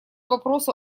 вопросу